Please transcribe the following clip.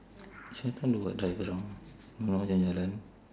chinatown do what drive around if not jalan-jalan